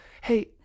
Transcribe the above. Hey